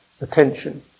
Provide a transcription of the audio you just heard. Attention